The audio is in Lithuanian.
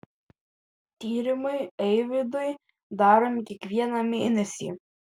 tyrimai eivydui daromi kiekvieną mėnesį